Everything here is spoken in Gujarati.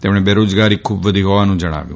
તેમણે બેરોજગારી ખૂબ વધી હોવાનું જણાવ્યું